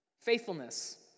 Faithfulness